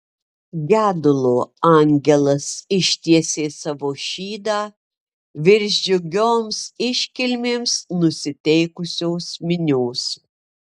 gedulo angelas ištiesė savo šydą virš džiugioms iškilmėms nusiteikusios minios